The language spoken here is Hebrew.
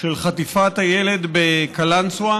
של חטיפת הילד בקלנסווה